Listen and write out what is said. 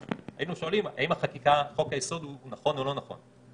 היינו שואלים האם חוק-היסוד נכון או לא נכון.